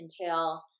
entail